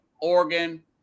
Oregon